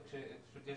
יש